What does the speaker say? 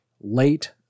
late